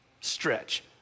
stretch